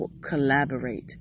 collaborate